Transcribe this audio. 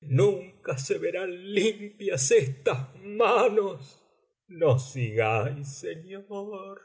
nunca se verán limpias estas manos no sigáis señor